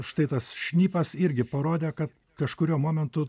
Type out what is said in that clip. štai tas šnipas irgi parodė kad kažkuriuo momentu